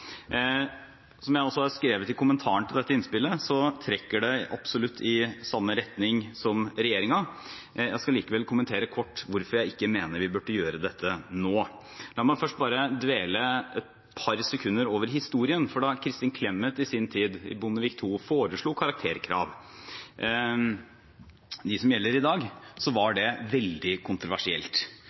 Som jeg også har skrevet i kommentaren til dette innspillet, trekker det absolutt i samme retning som regjeringen. Jeg skal likevel kommentere kort hvorfor jeg mener vi ikke bør gjøre dette nå. La meg først bare dvele et par sekunder ved historien. Da Kristin Clemet i sin tid i Bondevik II foreslo de karakterkravene som gjelder i dag, var det veldig kontroversielt.